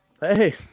hey